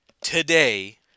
today